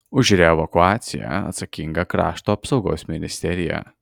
už reevakuaciją atsakinga krašto apsaugos ministerija